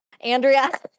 andrea